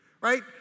right